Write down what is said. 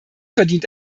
verdient